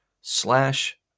slash